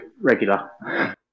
regular